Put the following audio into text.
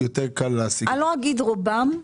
אני לא אגיד רובם,